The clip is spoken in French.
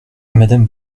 madame